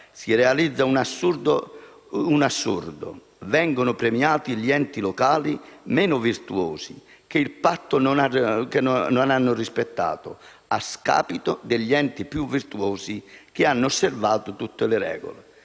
Si realizza un assurdo: vengono premiati gli enti locali meno virtuosi, quelli che non hanno rispettato il Patto, a scapito degli enti più virtuosi che hanno osservato tutte le regole.